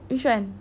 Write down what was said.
which one